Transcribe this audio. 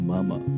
Mama